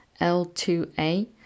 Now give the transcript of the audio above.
L2A